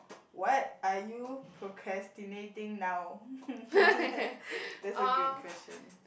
what are you procrastinating now that's a good question